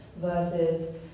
versus